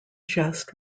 chest